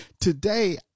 Today